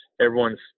everyone's